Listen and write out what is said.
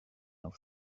off